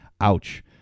Ouch